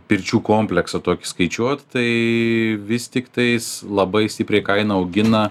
pirčių kompleksą tokį skaičiuot tai vis tiktais labai stipriai kainą augina